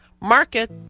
market